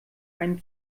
einen